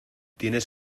tienes